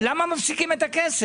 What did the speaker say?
למה מפסיקים לתת את הכסף?